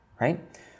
right